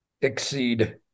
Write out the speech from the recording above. exceed